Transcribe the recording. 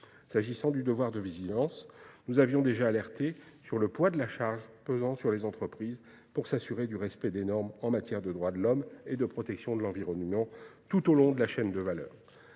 S'agissant du devoir de vigilance, nous avions déjà alerté sur le poids de la charge pesant sur les entreprises pour s'assurer du respect des normes en matière de droit de l'homme et de protection de l'environnement tout au long de la chaîne de valeurs.